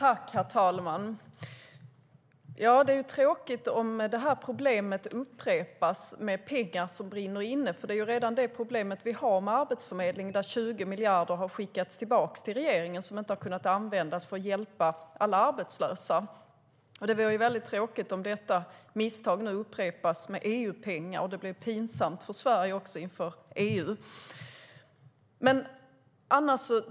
Her talman! Det är tråkigt om problemet med pengar som brinner inne upprepas. Det är detta problem man redan har på Arbetsförmedlingen där 20 miljarder har skickats tillbaka till regeringen för att man inte har kunnat använda dem för att hjälpa alla arbetslösa. Det vore mycket tråkigt om detta misstag nu upprepas med EU-pengar. Det blir också pinsamt för Sverige inför EU.